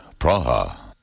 Praha